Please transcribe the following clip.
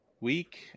week